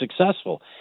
successful